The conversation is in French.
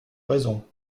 raison